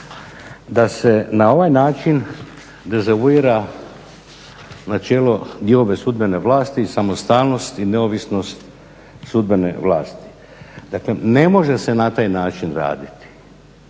da se na ovaj način dezavuira načelo diobe sudbene vlasti i samostalnost i neovisnost sudbene vlasti. Dakle, ne može se na taj način raditi,